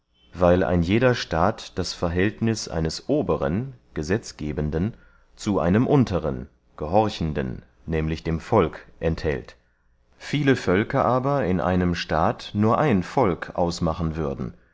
weil ein jeder staat das verhältnis eines oberen gesetzgebenden zu einem unteren gehorchenden nämlich dem volk enthält viele völker aber in einem staat nur ein volk ausmachen würden